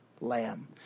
Lamb